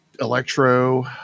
Electro